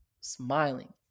smiling